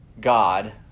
God